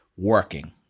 Working